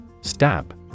Stab